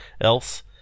else